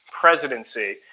presidency –